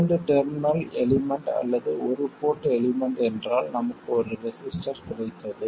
இரண்டு terminal element அல்லது ஒரு போர்ட் எலிமெண்ட் என்றால் நமக்கு ஒரு ரெசிஸ்டர் கிடைத்தது